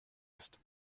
ist